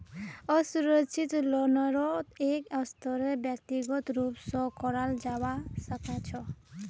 असुरक्षित लोनेरो एक स्तरेर व्यक्तिगत रूप स कराल जबा सखा छ